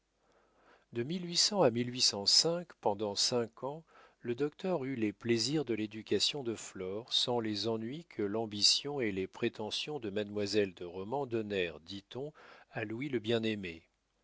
de à pendant cinq ans le docteur eut les plaisirs de l'éducation de flore sans les ennuis que l'ambition et les prétentions de mademoiselle de romans donnèrent dit-on à louis le bien aimé la